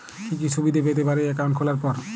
কি কি সুবিধে পেতে পারি একাউন্ট খোলার পর?